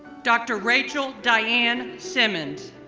dr. rachel diane simmons,